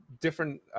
different